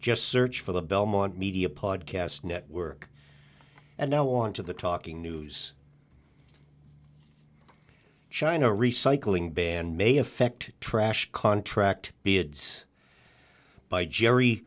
just search for the belmont media podcast network and now on to the talking news china recycling ban may affect trash contract be it's by gerry